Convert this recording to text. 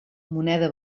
moneda